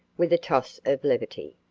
with a toss of levity.